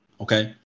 Okay